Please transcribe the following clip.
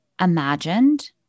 imagined